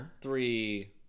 Three